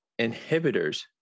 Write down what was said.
inhibitors